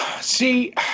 See